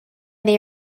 they